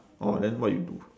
orh then what you do